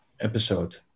episode